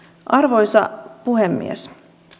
arvoisa puhemies